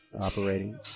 operating